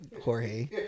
Jorge